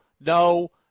no